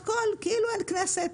הכול כאילו אין כנסת.